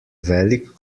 velik